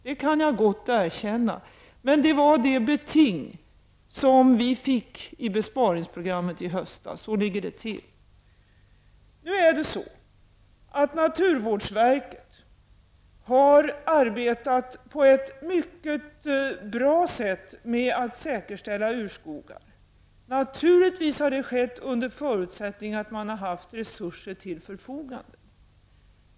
Det kan jag gott erkänna, men det var det beting som vi fick i besparingsprogrammet i höstas. Så ligger det till. Naturvårdsverket har på ett mycket bra sätt arbetat med att säkerställa urskogar. Det har naturligtvis skett under förutsättning att man har haft resurser till förfogande.